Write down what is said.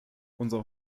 unser